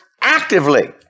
actively